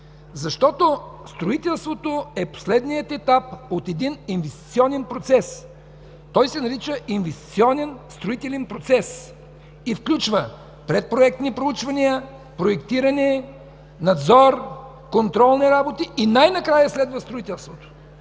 Строителството е последният етап от един инвестиционен процес. Той се нарича „инвестиционен строителен процес” и включва: предпроектни проучвания, проектиране, надзор, контролни работи и най-накрая следва строителството.